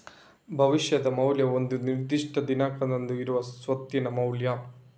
ಭವಿಷ್ಯದ ಮೌಲ್ಯವು ಒಂದು ನಿರ್ದಿಷ್ಟ ದಿನಾಂಕದಂದು ಇರುವ ಸ್ವತ್ತಿನ ಮೌಲ್ಯ